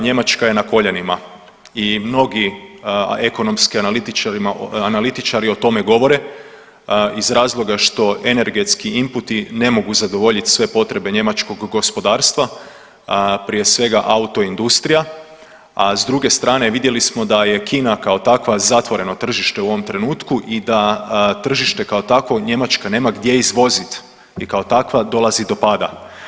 Njemačka je na koljenima i mnogi ekonomski analitičari o tome govore iz razloga što energetski inputi ne mogu zadovoljiti sve potrebe njemačkog gospodarstva, prije svega autoindustrija, a s druge strane vidjeli smo da je Kina kao takva zatvoreno tržište u ovo trenutku i da tržište kao takvo Njemačka nema gdje izvoziti i kao takva dolazi do pada.